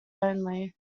only